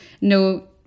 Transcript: no